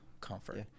comfort